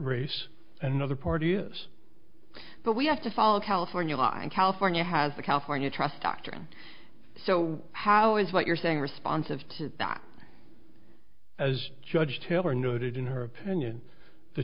race another party yes but we have to follow california law and california has the california trust doctrine so how is what you're saying responsive to that as judge taylor noted in her opinion the